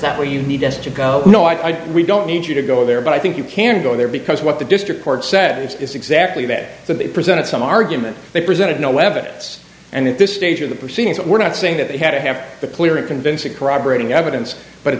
that where you need us to go no i don't we don't need you to go there but i think you can go there because what the district court said is exactly that that they presented some argument they presented no evidence and at this stage of the proceedings that were not saying that they had to have the clear and convincing corroborating evidence but at